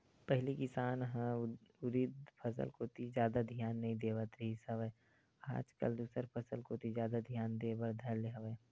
पहिली किसान ह उरिद फसल कोती जादा धियान नइ देवत रिहिस हवय आज कल दूसर फसल कोती जादा धियान देय बर धर ले हवय